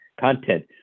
content